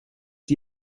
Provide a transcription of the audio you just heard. die